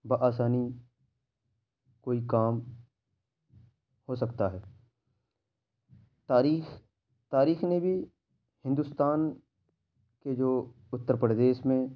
بہ آسانی کوئی کام ہوسکتا ہے تاریخ تاریخ نے بھی ہندوستان کے جو اُتّرپردیش میں